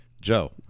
Joe